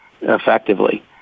effectively